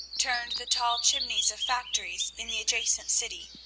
turned the tall chimneys of factories in the adjacent city,